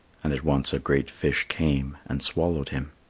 and at once a great fish came and swallowed him.